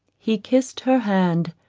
he kissed her hand.